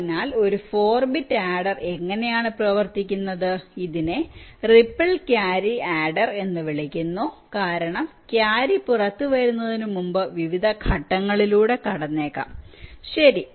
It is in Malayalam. അതിനാൽ ഒരു 4 ബിറ്റ് ആഡർ എങ്ങനെയാണ് പ്രവർത്തിക്കുന്നത് ഇതിനെ റിപ്പിൾ ക്യാരി ആഡർ എന്ന് വിളിക്കുന്നു കാരണം ക്യാരി പുറത്തുവരുന്നതിന് മുമ്പ് വിവിധ ഘട്ടങ്ങളിലൂടെ കടന്നേക്കാം ശരി